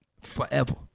forever